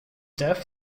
death